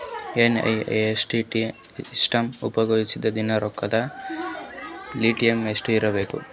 NEFT system ಉಪಯೋಗಿಸಿದರ ದಿನದ ರೊಕ್ಕದ ಲಿಮಿಟ್ ಎಷ್ಟ ಇರಬೇಕು?